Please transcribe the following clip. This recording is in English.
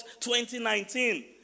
2019